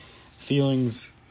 feelings